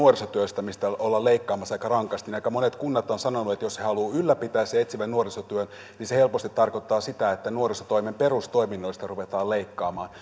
nuorisotyöstä mistä ollaan leikkaamassa aika rankasti niin aika monet kunnat ovat sanoneet että jos he haluavat ylläpitää sen etsivän nuorisotyön se helposti tarkoittaa sitä että nuorisotoimen perustoiminnoista ruvetaan leikkaamaan